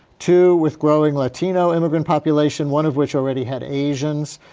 two with growing latino immigrant population, one of which already had asians.